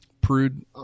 prude